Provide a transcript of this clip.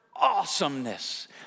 awesomeness